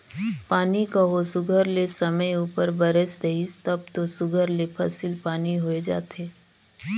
पानी कहों सुग्घर ले समे उपर बरेस देहिस तब दो सुघर ले फसिल पानी होए जाथे